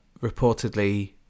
reportedly